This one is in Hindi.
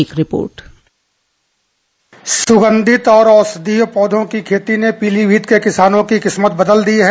एक रिपोर्ट सुगंधित और औषधीय पौधां की खेती में पीलीभीत के किसानों की किस्मत बदल दी है